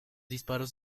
disparos